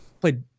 played